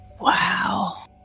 Wow